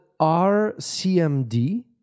RCMD